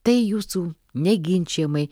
tai jūsų neginčijamai